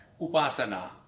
upasana